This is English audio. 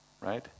right